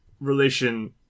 relation